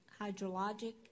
hydrologic